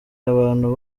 abantu